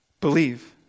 believe